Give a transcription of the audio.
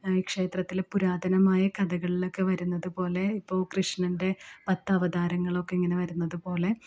ക്ഷേത്രത്തിൽ പുരാതനമായ കഥകളിലൊക്കെ വരുന്നതുപോലെ ഇപ്പം കൃഷ്ണൻ്റെ പത്തവതാരങ്ങളൊക്കെ ഇങ്ങനെ വരുന്നതുപോലെ